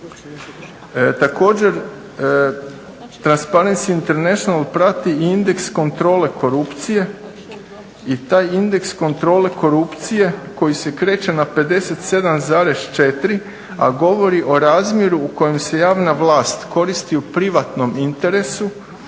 Također transparency international prati i indeks kontrole korupcije i taj indeks kontrole korupcije koji se kreće na 57,4 a govori o razmjeru u kojem se javna vlast koristi u privatnom interesu,